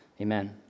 amen